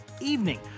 evening